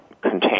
contain